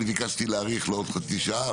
אני ביקשתי להאריך לעוד חצי שעה,